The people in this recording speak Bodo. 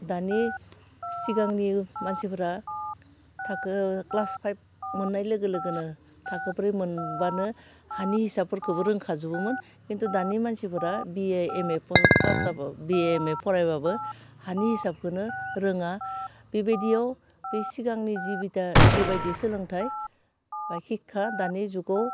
दानि सिगांनि मानसिफ्रा थाखो क्लास फाइफ मोननाय लोगो लोगोनो थाखोब्रै मोनबानो हानि हिसाबफोरखौबो रोंखा जोबोमोन किन्थु दानि मानसिफ्रा बिए एम ए पास जाबाबो बिए एम ए फरायबाबो हानि हिसाबखौनो रोङा बेबादियाव बे सिगांनि जिबाइथा जिबायदि सोलोंथाइ बा हिक्षा दानि जुगाव